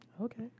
Okay